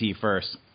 first